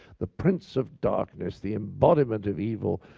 the prince of darkness, the embodiment of evil,